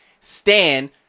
Stan